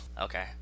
Okay